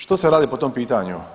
Što se radi po tom pitanju?